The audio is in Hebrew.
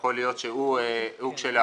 יכול להיות שהוא כשלעצמו